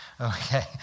okay